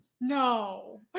no